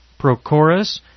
Prochorus